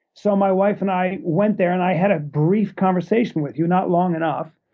so my wife and i went there, and i had a brief conversation with you, not long enough,